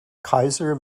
kaiser